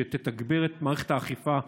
שתתגבר את מערכת האכיפה,